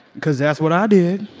cause that's what i did